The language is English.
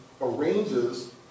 arranges